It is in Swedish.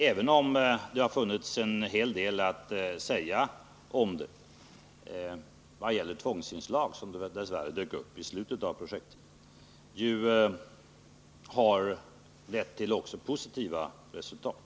Även om det har funnits en hel del att säga om de tvångsinslag som kan ha förekommit mot slutet av detta projekt, har det också lett till positiva resultat.